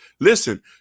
Listen